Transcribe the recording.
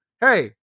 Hey